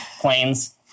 planes